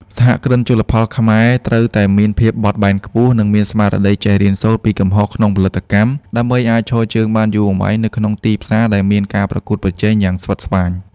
សហគ្រិនជលផលខ្មែរត្រូវតែមានភាពបត់បែនខ្ពស់ និងមានស្មារតីចេះរៀនសូត្រពីកំហុសក្នុងផលិតកម្ម ដើម្បីអាចឈរជើងបានយូរអង្វែងនៅក្នុងទីផ្សារដែលមានការប្រកួតប្រជែងយ៉ាងស្វិតស្វាញ។